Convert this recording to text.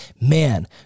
man